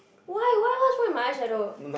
why why what's wrong with my eyeshadow